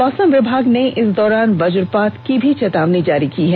मौसम विभाग ने इस दौरान वज्रपात की चेतावनी भी जारी की है